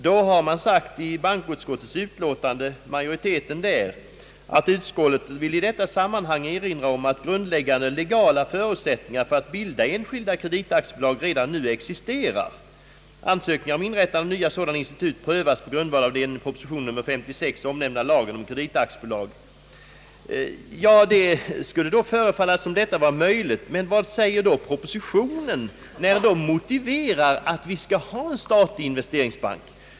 Utskottsmajoriteten i bankoutskottet har då anfört följande: »Utskottet vill i detta sammanhang erinra om att grundläggande legala förutsättningar för att bilda enskilda kreditaktiebolag redan nu existerar. Ansökningen om inrättande av nya sådana institut prövas på grundval av den enligt propositionen nr 56 omnämnda lagen om kreditaktiebolag.» Ja, det skulle då förefalla som om detta vore möjligt. Men vad säger då propositionen när den motiverar förslaget om en statlig investeringsbank?